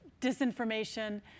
disinformation